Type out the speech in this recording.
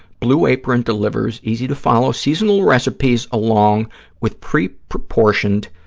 blue apron delivers easy-to-follow seasonal recipes along with pre-proportioned,